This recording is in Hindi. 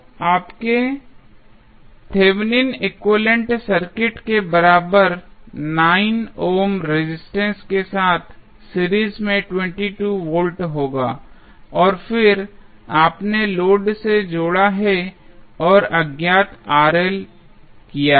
तो आपके Thevenin equivalent Thevenins equivalent circuit के बराबर 9 ओम रेजिस्टेंस के साथ सीरीज में 22 वोल्ट होगा और फिर आपने लोड से जोड़ा और अज्ञात किया है